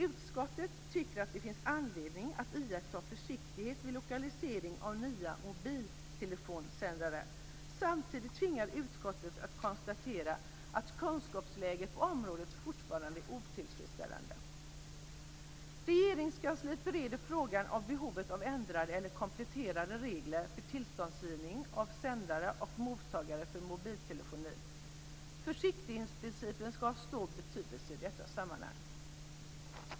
Utskottet tycker att det finns anledning att iaktta försiktighet vid lokalisering av nya mobiltelefonsändare. Samtidigt tvingas utskottet konstatera att kunskapsläget på området fortfarande är otillfredsställande. Försiktighetsprincipen ska ha stor betydelse i detta sammanhang.